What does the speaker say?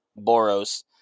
Boros